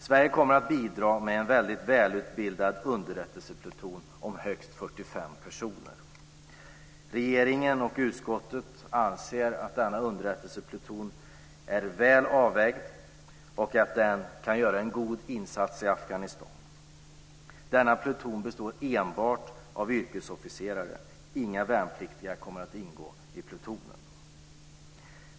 Sverige kommer att bidra med en väldigt välutbildad underrättelsepluton om högst 45 personer. Regeringen och utskottet anser att denna underrättelsepluton är väl avvägd och att den kan göra en god insats i Afghanistan. Denna pluton består enbart av yrkesofficerare. Inga värnpliktiga kommer att ingå i plutonen.